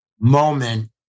moment